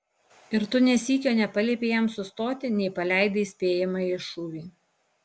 ir tu nė sykio nepaliepei jam sustoti nei paleidai įspėjamąjį šūvį